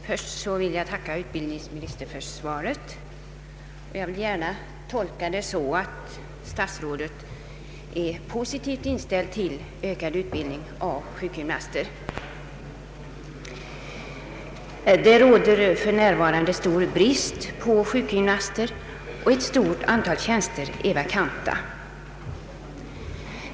Herr talman! Först vill jag tacka utbildningsministern för svaret. Jag vill gärna tolka det så att statsrådet är positivt inställd till ökad utbildning av sjukgymnaster. Det råder för närvarande stor brist på sjukgymnaster, och många tjänster är vakanta.